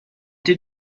did